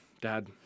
Dad